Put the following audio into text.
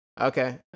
Okay